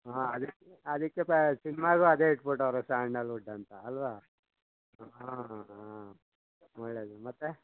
ಹಾಂ ಅದಕ್ಕೆ ಅದಕ್ಕೆ ಸಿನ್ಮಾಗೂ ಅದೇ ಇಟ್ಬಿಟ್ಟವ್ರೆ ಸ್ಯಾಂಡಲ್ವುಡ್ ಅಂತ ಅಲ್ಲವಾ ಹಾಂ ಹಾಂ ಹಾಂ ಒಳ್ಳೆಯದು ಮತ್ತೆ